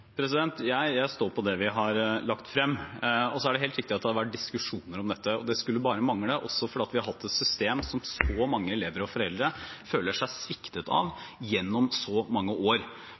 jeg står på det vi har lagt frem. Det er helt riktig at det har vært diskusjoner om dette, og det skulle bare mangle, for vi har hatt et system som mange elever og foreldre føler seg sviktet av gjennom så mange år.